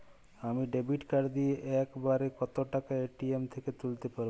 আমি debit card দিয়ে এক বারে কত টাকা এ.টি.এম থেকে তুলতে পারবো?